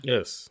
Yes